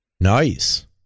Nice